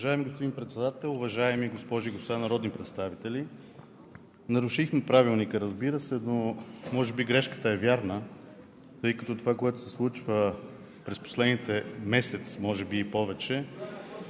Уважаеми господин Председател, уважаеми госпожи и господа народни представители! Нарушихме Правилника, разбира се, но може би грешката е вярна, тъй като това, което се случва през последните месеци, може би и повече,